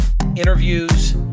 interviews